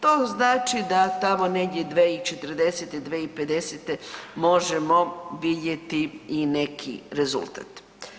To znači da tamo negdje 2040., 2050. možemo vidjeti i neki rezultat.